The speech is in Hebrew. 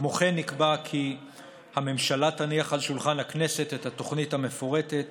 כמו כן נקבע כי הממשלה תניח על שולחן הכנסת את התוכנית המפורטת